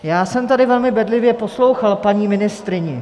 Já jsem tady velmi bedlivě poslouchal paní ministryni...